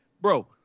bro